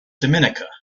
dominica